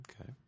Okay